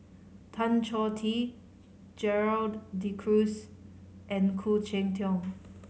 Tan Choh Tee Gerald De Cruz and Khoo Cheng Tiong